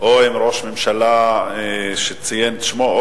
או עם ראש הממשלה שהוא ציין את שמו,